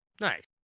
Nice